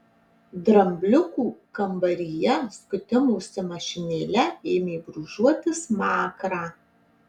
drambliukų kambaryje skutimosi mašinėle ėmė brūžuoti smakrą